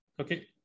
okay